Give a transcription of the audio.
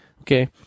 Okay